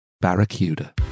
Barracuda